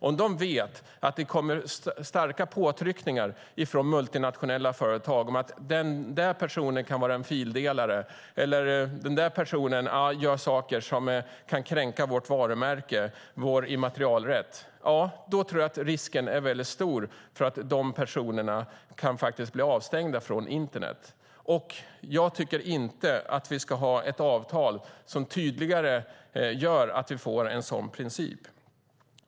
Om de vet att det kommer starka påtryckningar från multinationella företag om att en person kan vara fildelare eller att en person gör saker som kan kränka varumärket, immaterialrätten, tror jag att risken är väldigt stor att de personerna kan bli avstängda från internet. Jag tycker inte att vi ska ha ett avtal som tydligare gör att vi får en sådan princip.